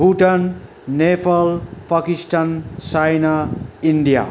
Bhutan Nepal Pakistan China India